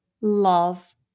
love